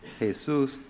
Jesús